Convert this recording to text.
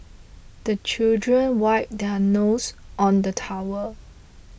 the children wipe their noses on the towel